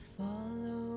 follow